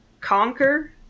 Conquer